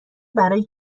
برای